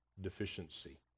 deficiency